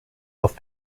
auf